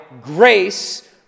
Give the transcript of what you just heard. grace